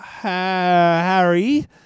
Harry